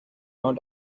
are